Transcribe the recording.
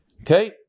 Okay